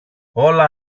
όλα